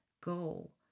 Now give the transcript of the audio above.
goal